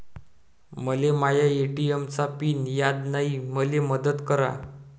मले माया ए.टी.एम चा पिन याद नायी, मले मदत करा